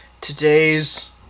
today's